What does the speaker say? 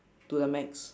to the max